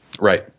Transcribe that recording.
Right